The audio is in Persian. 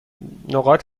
نقاط